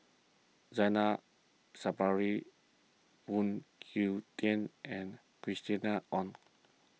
Zainal Sapari Phoon Yew Tien and Christina Ong